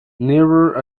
nearer